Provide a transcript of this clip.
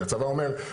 כי הצבא אומר,